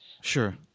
Sure